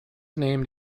named